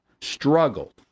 struggled